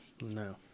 no